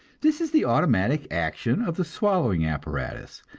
this is the automatic action of the swallowing apparatus,